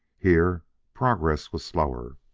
here progress was slower.